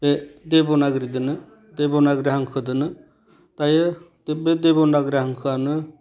बे देब'नागिरिजोंनो देब'नागिरि हांखोजोंनो दायो बे देब'नागिरि हांखोआनो